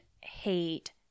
hate